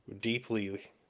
deeply